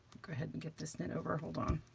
go ahead and get this knit over, hold on.